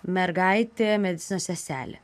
mergaitė medicinos seselė